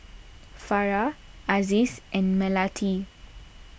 Farah Aziz and Melati